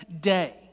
day